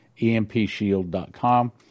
empshield.com